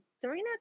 Serena